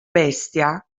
bestia